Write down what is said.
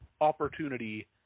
opportunity